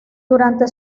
durante